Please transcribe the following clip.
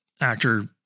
actor